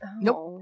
Nope